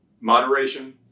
moderation